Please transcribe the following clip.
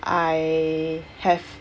I have